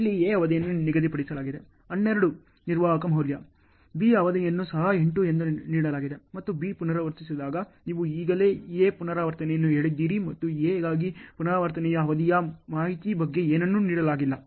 ಇಲ್ಲಿ A ಅವಧಿಯನ್ನು ನಿಗದಿಪಡಿಸಲಾಗಿದೆ 12 ನಿರ್ಣಾಯಕ ಮೌಲ್ಯ B ಅವಧಿಯನ್ನು ಸಹ 8 ಎಂದು ನೀಡಲಾಗಿದೆ ಮತ್ತು B ಪುನರಾವರ್ತಿಸಿದಾಗ ನೀವು ಈಗಾಗಲೇ A ಪುನರಾವರ್ತನೆಗಳನ್ನು ಹೇಳಿದ್ದೀರಿ ಮತ್ತು A ಗಾಗಿ ಪುನರಾವರ್ತನೆಯ ಅವಧಿಯ ಮಾಹಿತಿಯ ಬಗ್ಗೆ ಏನನ್ನೂ ನೀಡಲಾಗಿಲ್ಲ